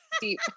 deep